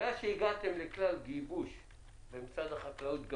מאז שהגעתם לכלל גיבוש במשרד החקלאות.